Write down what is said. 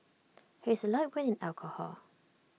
he is A lightweight in alcohol